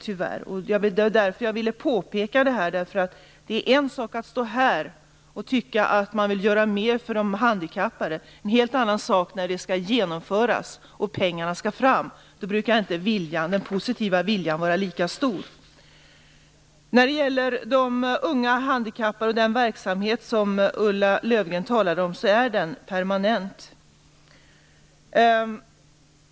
Det var därför jag ville påpeka detta, för det är en sak att stå här och tycka att man vill göra mer för de handikappade och en helt annan sak när det skall genomföras och pengarna skall fram. Då brukar inte den positiva viljan vara lika stor. Vad beträffar de unga handikappade är den verksamhet som Ulla Löfgren talar om permanent.